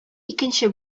икенче